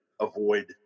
avoid